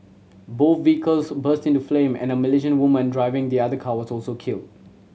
both vehicles burst into flame and a Malaysian woman driving the other car was also killed